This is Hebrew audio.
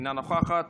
אינה נוכחת,